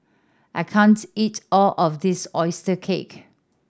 I can't eat all of this oyster cake